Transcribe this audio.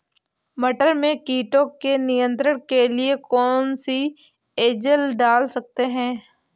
मटर में कीटों के नियंत्रण के लिए कौन सी एजल डाल सकते हैं?